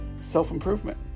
self-improvement